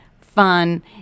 fun